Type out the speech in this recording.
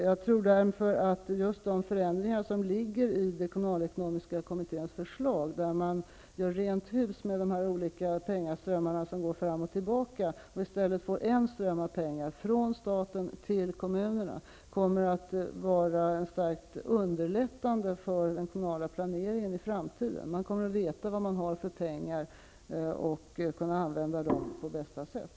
Jag tror därför att just de förändringar som ligger i den kommunalekonomiska kommitténs förslag -- man gör rent hus med de olika pengaströmmar som går fram och tillbaka, och i stället blir det en ström av pengar från staten till kommunerna -- i framtiden kommer att vara starkt underlättande för den kommunala planeringen. Man kommer att veta vilka pengar som finns och kunna använda dem på bästa sätt.